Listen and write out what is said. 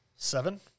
Seven